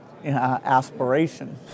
Aspiration